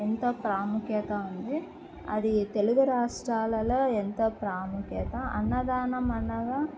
ఎంత ప్రాముఖ్యత ఉంది అది తెలుగు రాష్ట్రాలలో ఎంత ప్రాముఖ్యత అన్నదానం అనగా